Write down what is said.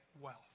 wealth